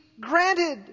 granted